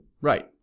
Right